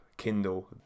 Kindle